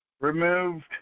removed